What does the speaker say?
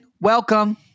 Welcome